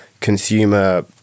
consumer